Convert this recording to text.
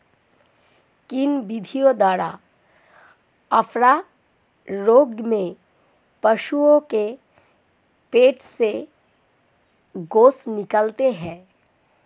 किन विधियों द्वारा अफारा रोग में पशुओं के पेट से गैस निकालते हैं?